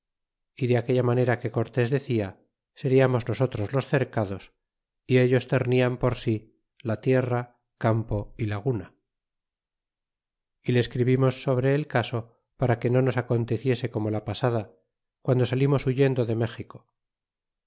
y de aquella manera que cortés decía seriamos nosotros los cercados y ellos ternian por si la tierra campo y laguna y le escribimos sobre el caso para que no nos aconteciese como la pasada guando salimos huyendo de méxico